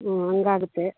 ಹ್ಞೂ ಹಂಗಾಗುತ್ತೆ